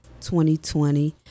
2020